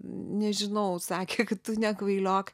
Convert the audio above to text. nežinau sakė kad tu nekvailiok